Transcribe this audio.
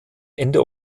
ende